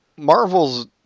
Marvel's